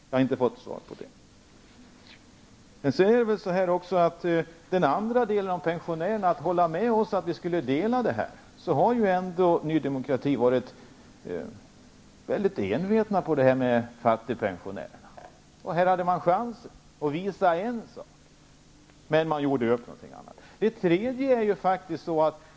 Jag har inte fått svar på den frågan. När det gäller pensionärerna och tanken att dela pengarna med dem har ändå Ny demokrati mycket envetet talat om detta med fattigpensionärerna. Här hade man chansen att visa en sak, men man gjorde upp någonting annat.